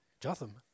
Jotham